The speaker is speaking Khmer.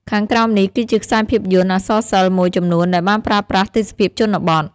ខាងក្រោមនេះគឺជាខ្សែភាពយន្តអក្សរសិល្ប៍មួយចំនួនដែលបានប្រើប្រាស់ទេសភាពជនបទ